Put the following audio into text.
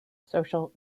social